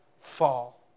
fall